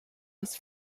was